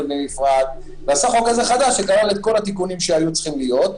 בנפרד ועשה חוק עזר חדש שכלל את התיקונים שהיו צריכים להיות.